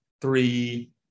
three